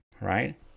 right